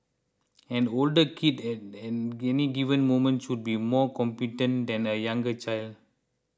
an older kid at any given moment should be more competent than a younger child